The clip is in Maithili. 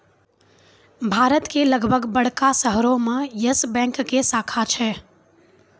भारत के लगभग बड़का शहरो मे यस बैंक के शाखा छै